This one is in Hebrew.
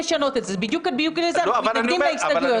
תבואו